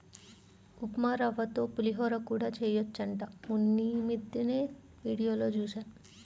ఉప్మారవ్వతో పులిహోర కూడా చెయ్యొచ్చంట మొన్నీమద్దెనే వీడియోలో జూశా